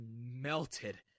melted